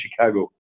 Chicago